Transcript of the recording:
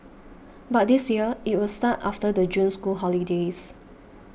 but this year it will start after the June school holidays